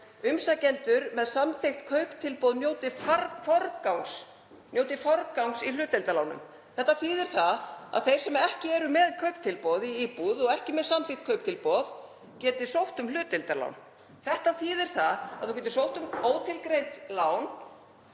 umsækjendur með samþykkt kauptilboð njóti forgangs í hlutdeildarlánum. Þetta þýðir að þeir sem ekki eru með kauptilboð í íbúð og ekki með samþykkt kauptilboð geta sótt um hlutdeildarlán. Þetta þýðir að maður getur sótt um ótilgreint lán